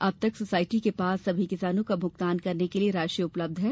अब तक सोसायटी के पास सभी किसानों का भुगतान करने के लिये राशि उपलब्ध है